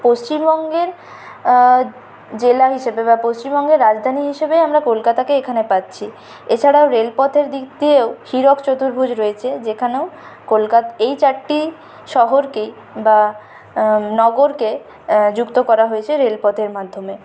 পশ্চিমবঙ্গের জেলা হিসেবে বা পশ্চিমবঙ্গের রাজধানী হিসেবেও আমরা কলকাতাকে এখানে পাচ্ছি এছাড়াও রেলপথের দিক দিয়েও হীরক চতুর্ভুজ রয়েছে যেখানেও কলকাতা এই চারটি শহরকেই বা নগরকে যুক্ত করা হয়েছে রেল পথের মাধ্যমে